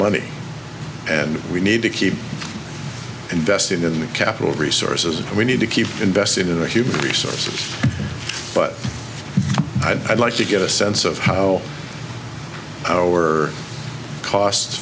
money and we need to keep investing in the capital resources and we need to keep investing in the human resources but i'd like to get a sense of how our costs